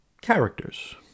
characters